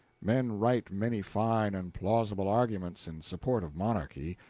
men write many fine and plausible arguments in support of monarchy,